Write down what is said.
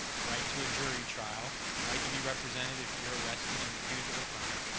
the right to a jury trial, the right to be represented if you're arrested and accused of a crime.